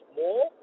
more